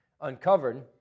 uncovered